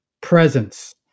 presence